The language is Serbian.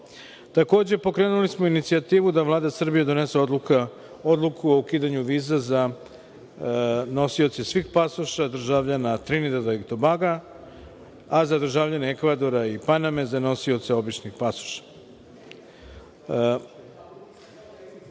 Takođe, pokrenuli smo inicijativu da Vlada Srbije donese odluku o ukidanju viza za nosioce svih pasoša državljana Trinidada i Tobaga, a za državljane Ekvadora i Paname za nosioce običnih pasoša.